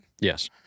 Yes